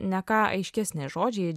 ne ką aiškesni žodžiai